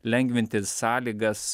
lengvinti sąlygas